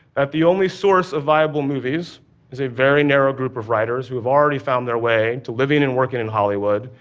that the only source of viable movies is a very narrow groups of writers who have already found their way to living and working in hollywood,